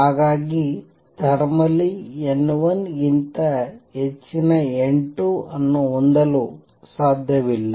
ಹಾಗಾಗಿ thermally n1 ಗಿಂತ ಹೆಚ್ಚಿನ n2 ಅನ್ನು ಹೊಂದಲು ಸಾಧ್ಯವಿಲ್ಲ